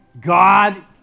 God